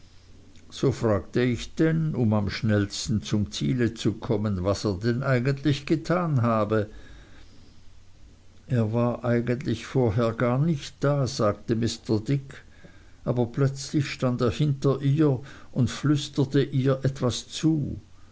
so fragte ich denn um am schnellsten zum ziel zu kommen was er denn eigentlich getan habe er war eigentlich vorher gar nicht da sagte mr dick aber plötzlich stand er hinter ihr und flüsterte ihr etwas zu